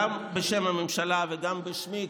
גם בשם הממשלה וגם בשמי,